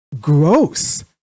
gross